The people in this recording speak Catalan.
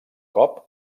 cop